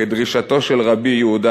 כדרישתו של רבי יהודה: